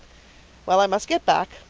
well, i must get back.